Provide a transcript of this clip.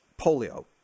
polio